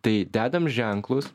tai dedam ženklus